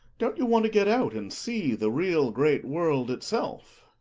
don't you want to get out, and see the real great world itself?